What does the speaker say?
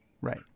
Right